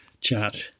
chat